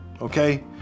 okay